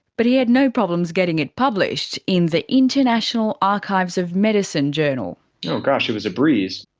but he had no problems getting it published in the international archives of medicine journal. oh gosh, it was a breeze.